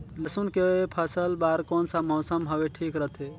लसुन के फसल बार कोन सा मौसम हवे ठीक रथे?